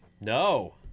No